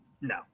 no